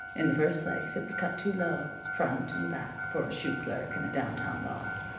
in the first place, it was cut too low, front and back, for a shoe clerk in a downtown loft.